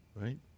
right